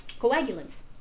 coagulants